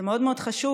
זה מאוד מאוד חשוב,